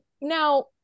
now